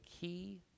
key